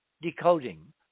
decoding